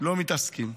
לא מתעסקים.